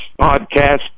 Podcast